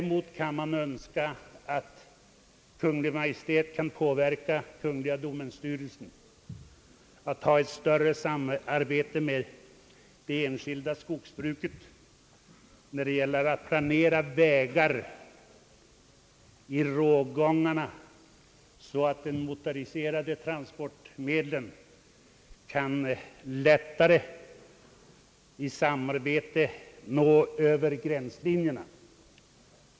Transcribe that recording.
Man skulle önska att Kungl. Maj:t kunde påverka kungl. domänstyrelsen till ett större samarbete med det enskilda skogsbruket när det gäller att planera vägar i rågångarna, så att de motoriserade transportmedlen lättare kan ta sig fram.